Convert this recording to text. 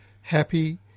happy